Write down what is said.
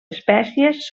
espècies